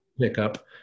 pickup